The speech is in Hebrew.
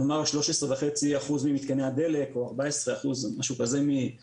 נאמר 13.5% ממתקני הדלק או 14% מאזורי